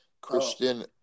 Christian